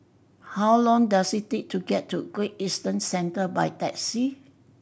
how long does it take to get to Great Eastern Centre by taxi